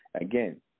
Again